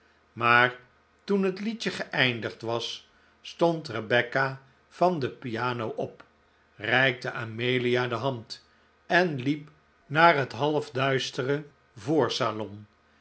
maar toen het liedje geeindigd was stond rebecca van de piano op reikte amelia de hand en liep naar het halfduistere voor salon